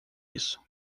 isso